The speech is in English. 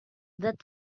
that